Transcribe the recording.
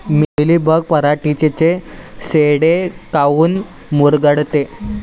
Mealybug पराटीचे चे शेंडे काऊन मुरगळते?